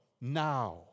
Now